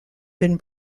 been